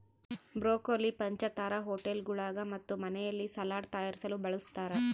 broccoli ಪಂಚತಾರಾ ಹೋಟೆಳ್ಗುಳಾಗ ಮತ್ತು ಮನೆಯಲ್ಲಿ ಸಲಾಡ್ ತಯಾರಿಸಲು ಬಳಸತಾರ